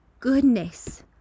goodness